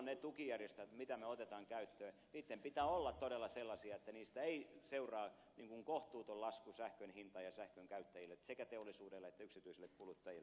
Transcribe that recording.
silloin niiden tukijärjestelmien mitä otetaan käyttöön pitää olla todella sellaisia että niistä ei seuraa kohtuuton lasku sähkön hinta sähkön käyttäjille sekä teollisuudelle että yksityisille kuluttajille